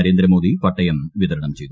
നരേന്ദ്രമോദി പട്ടയം വിതരണം ചെയ്തു